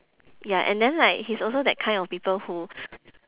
ya and then like he's also that kind of people who